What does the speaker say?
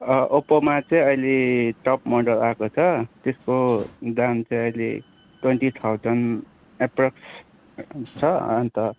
ओप्पोमा चाहिँ अहिले top model आएको छ त्यसको दाम चाहिँ अहिले ट्वेन्टी थाउजन्ड एप्रोक्स छ अन्त